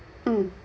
mm